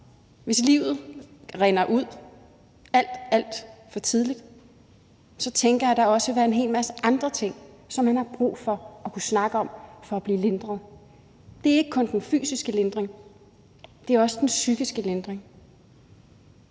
og livet rinder ud alt, alt for tidligt, tænker jeg, der også vil være en hel masse andre ting, som man har brug for at kunne snakke om for at blive lindret. Det er ikke kun den fysiske lindring; det er også den psykiske lindring.